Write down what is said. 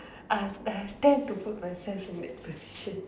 I I have tend to put myself in that position